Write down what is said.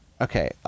Okay